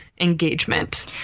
Engagement